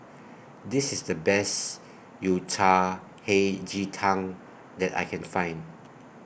This IS The Best Yao Cai Hei Ji Tang that I Can Find